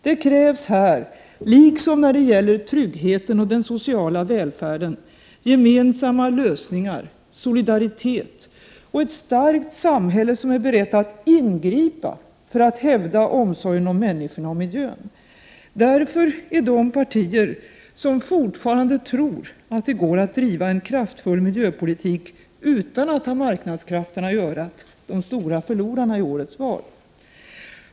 Det krävs här, liksom när det gäller tryggheten och den sociala välfärden, gemensamma lösningar, solidaritet och ett starkt samhälle som är berett att ingripa för att hävda omsorgen om människorna och miljön. Därför är de partier som fortfarande tror att det går att driva en kraftfull miljöpolitik utan att ta marknadskrafterna i örat de stora förlorarna i årets val.